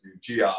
GI